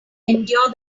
endure